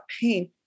pain